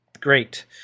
great